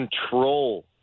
control